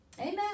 amen